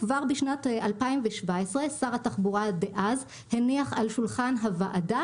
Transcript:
כבר בשנת 2017 שר התחבורה דאז הניח על שולחן הוועדה